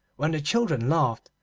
when the children laughed,